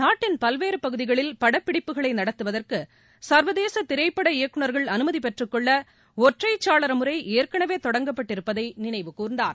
நாட்டின் பல்வேறு பகுதிகளில் படப்பிடிப்புகளை நடத்துவதற்கு சர்வதேச திரைப்பட இயக்குனர்கள் அனுமதி பெற்றுக்கொள்ள ஒற்றைச்சாளர முறை ஏற்கனவே தொடங்கப்பட்டு இருப்பதை நினைவுகூர்ந்தார்